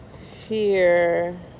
fear